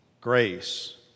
Grace